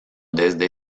desde